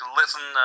listen